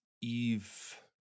eve